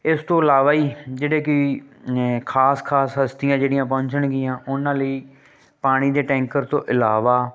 ਇਸ ਤੋਂ ਇਲਾਵਾ ਹੀ ਜਿਹੜੇ ਕਿ ਖ਼ਾਸ ਖ਼ਾਸ ਹਸਤੀਆਂ ਜਿਹੜੀਆਂ ਪਹੁੰਚਣਗੀਆਂ ਉਨ੍ਹਾਂ ਲਈ ਪਾਣੀ ਦੇ ਟੈਂਕਰ ਤੋਂ ਇਲਾਵਾ